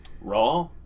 Raw